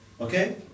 okay